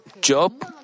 Job